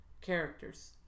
Characters